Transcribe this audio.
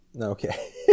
Okay